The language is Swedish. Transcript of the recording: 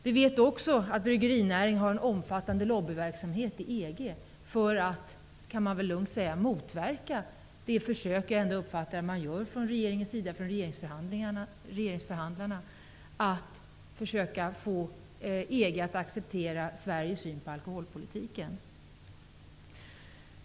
Vi vet också att bryggerinäringen har en omfattande lobbyverksamhet i EG för att motverka de försök jag ändå uppfattar att regeringsförhandlarna gör för att få EG att acceptera Sveriges syn på alkoholpolitiken.